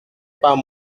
pas